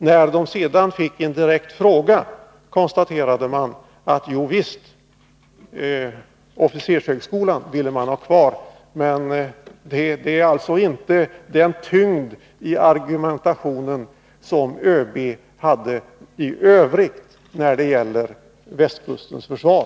På direkt fråga konstaterade man sedan att man också ville ha kvar officershögskolan. Här fanns alltså inte heller hos överbefälhavaren den tyngd i argumentationen som ÖB i övrigt hade när det gällde västkustens försvar.